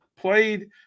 played